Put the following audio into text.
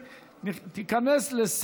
נתקבל.